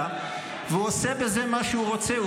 והוא עושה בזה מה שהוא רוצה.